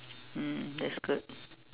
mm that's good